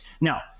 Now